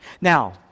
Now